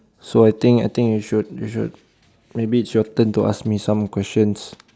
so I think I think you should you should maybe it's your turn to ask me some questions